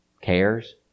Cares